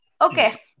Okay